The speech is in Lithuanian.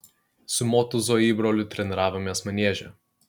su motūzo įbroliu treniravomės manieže